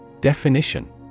Definition